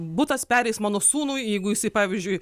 butas pereis mano sūnui jeigu jisai pavyzdžiui